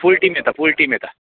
आमी full team येता full team येता